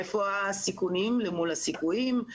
איזה סיכונים למול הסיכויים,